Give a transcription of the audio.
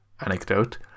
anecdote